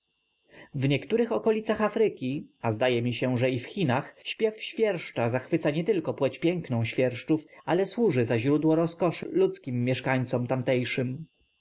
przyrządy w niektórych okolicach afryki a zdaje mi się że i w chinach śpiew świerszcza zachwyca nietylko płeć piękną świerszczów ale służy za źródło rozkoszy ludzkim mieszkańcom tamtejszym